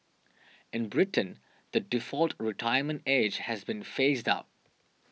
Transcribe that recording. in Britain the default retirement age has been phased out